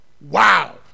Wow